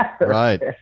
Right